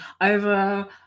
over